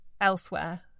elsewhere